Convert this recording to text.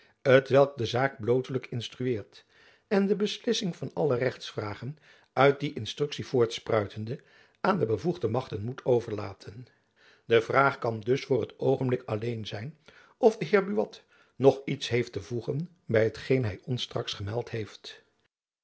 t welk de zaak blootelijk instrueert en de beslissing van alle rechtsvragen uit die instruktie voortspruitende aan de bevoegde machten moet overlaten de vraag jacob van lennep elizabeth musch kan dus voor t oogenblik alleen zijn of de heer buat nog iets heeft te voegen by hetgeen hy ons straks gemeld heeft